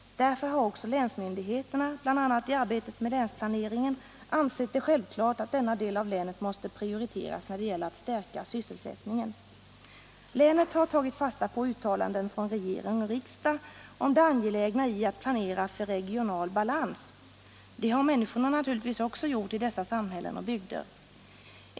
Därför har också länsmyndigheterna bl.a. i arbetet med länsplaneringen ansett det självklart att denna del av länet måste 9”. manuella glasindustrin Om målsättningen för stödet till den manuella glasindustrin prioriteras när det gäller att stärka sysselsättningen. Länet har tagit fasta på uttalanden från regering och riksdag om det angelägna i att planera för regional balans. Det har människorna naturligtvis också gjort i dessa samhällen och bygder.